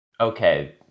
Okay